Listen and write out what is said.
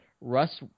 Russ